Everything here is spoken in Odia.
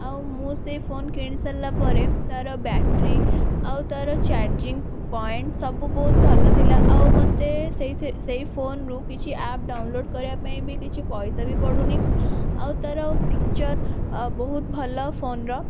ଆଉ ମୁଁ ସେ ଫୋନ କିଣିସାରିଲା ପରେ ତାର ବ୍ୟାଟେରୀ ଆଉ ତାର ଚାରଜିଙ୍ଗ ପଏଣ୍ଟ ସବୁ ବହୁତ ଭଲ ଥିଲା ଆଉ ମୋତେ ସେଇ ସେଇ ସେଇ ଫୋନରୁ କିଛି ଆପ୍ ଡାଉନଲୋଡ଼ କରିବାପାଇଁ ବି କିଛି ପଇସା ବି ପଡ଼ୁନି ଆଉ ତାର ଫିଚର ଅ ବହୁତ ଭଲ ଫୋନର